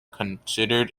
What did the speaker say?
considered